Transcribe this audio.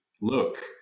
look